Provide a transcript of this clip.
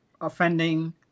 offending